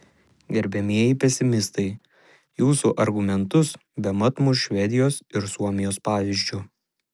gerbiamieji pesimistai jūsų argumentus bemat muš švedijos ir suomijos pavyzdžiu